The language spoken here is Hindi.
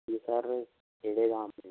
जी सर